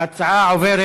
ההצעה עוברת